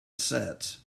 sets